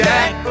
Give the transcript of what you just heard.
Jack